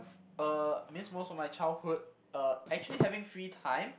uh miss most of my childhood uh actually having free time